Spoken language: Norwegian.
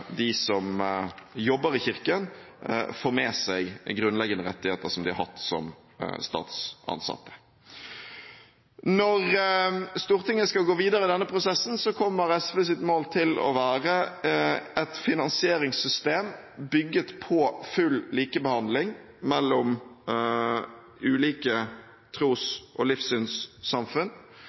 de som jobber i Kirken, får med seg grunnleggende rettigheter som de har hatt som statsansatte. Når Stortinget skal gå videre i denne prosessen, kommer SVs mål til å være et finansieringssystem bygget på full likebehandling mellom ulike tros- og livssynssamfunn.